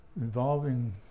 involving